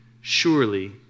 Surely